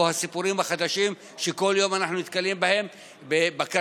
או הסיפורים החדשים שכל יום אנחנו נתקלים בהם בכרמל,